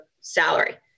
salary